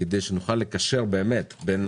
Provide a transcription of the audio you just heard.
כדי שנוכל לקשר באמת בין